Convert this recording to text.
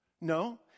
No